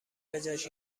بجاش